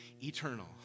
eternal